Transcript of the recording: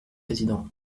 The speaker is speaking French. président